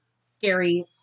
scary